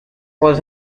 was